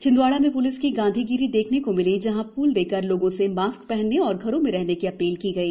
छिंदवाड़ा में प्लिस की गांधीगिरी देखने को मिली जहां फूल देकर लोगों को मास्क पहनने और घरों में रहने की अपील की गई